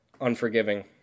unforgiving